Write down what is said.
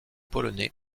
polonais